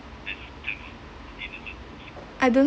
I don't